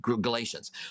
Galatians